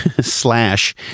slash